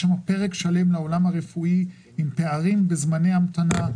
יש שם פרק שלם מהעולם הרפואי - פערים בזמני המתנה,